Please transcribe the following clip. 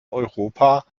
europa